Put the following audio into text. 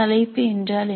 தலைப்பு என்றால் என்ன